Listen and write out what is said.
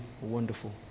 wonderful